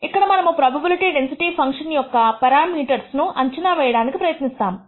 ఇక్కడ మనము probability density function యొక్క పెరామీటర్స్ ను అంచనా వేయడానికి ప్రయత్నిస్తాము